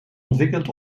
ontwikkeld